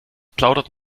plaudert